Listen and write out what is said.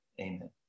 amen